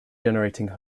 generating